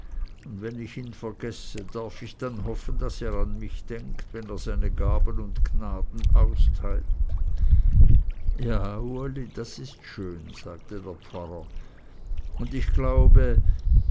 und wenn ich ihn vergesse darf ich dann hoffen daß er an mich denkt wenn er seine gaben und gnaden austeilt ja uli das ist schön sagte der pfarrer und ich glaube